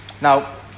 Now